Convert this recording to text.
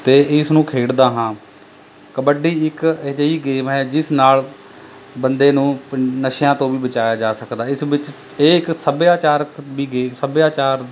ਅਤੇ ਇਸ ਨੂੰ ਖੇਡਦਾ ਹਾਂ ਕਬੱਡੀ ਇੱਕ ਅਜਿਹੀ ਗੇਮ ਹੈ ਜਿਸ ਨਾਲ਼ ਬੰਦੇ ਨੂੰ ਪ ਨਸ਼ਿਆਂ ਤੋਂ ਵੀ ਬਚਾਇਆ ਜਾ ਸਕਦਾ ਹੈ ਇਸ ਵਿੱਚ ਇਹ ਇੱਕ ਸੱਭਿਆਚਾਰਕ ਵੀ ਸੱਭਿਆਚਾਰ